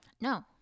No